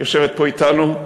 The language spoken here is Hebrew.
יושבת פה אתנו,